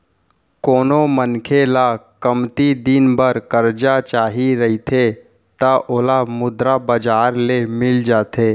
कोनो मनखे ल कमती दिन बर करजा चाही रहिथे त ओला मुद्रा बजार ले मिल जाथे